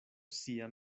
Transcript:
sia